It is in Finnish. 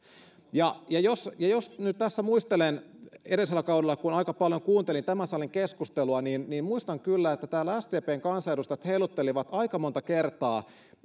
ja jos ja jos nyt tässä muistelen kun edellisellä kaudella aika paljon kuuntelin tämän salin keskustelua niin niin muistan kyllä että täällä sdpn kansanedustajat heiluttelivat aika monta kertaa